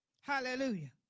Hallelujah